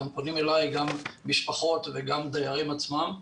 פונים אלי גם משפחות וגם דיירים עצמם.